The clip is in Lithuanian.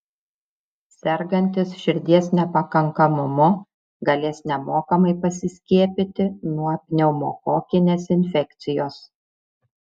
sergantys širdies nepakankamumu galės nemokamai pasiskiepyti nuo pneumokokinės infekcijos